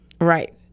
Right